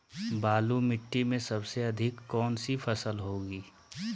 बालू मिट्टी में सबसे अधिक कौन सी फसल होगी?